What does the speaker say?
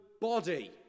body